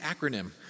acronym